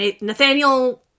Nathaniel